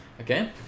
Okay